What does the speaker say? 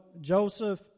Joseph